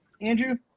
Andrew